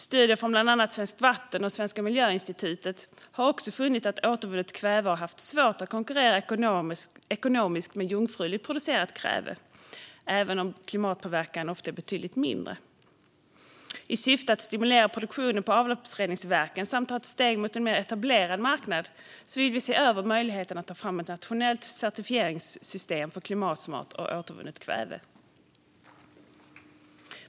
Studier från bland annat Svenskt Vatten och Svenska Miljöinstitutet har också funnit att återvunnet kväve har haft svårt att konkurrera ekonomiskt med jungfruligt producerat kväve, även om klimatpåverkan ofta är betydligt mindre. I syfte att stimulera produktionen på avloppsreningsverken samt ta steg mot en mer etablerad marknad vill vi se över möjligheten att ta fram ett nationellt certifieringssystem för klimatsmart och återvunnet kväve.